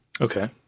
Okay